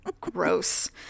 gross